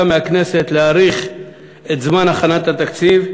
מהכנסת להאריך את זמן הכנת התקציב,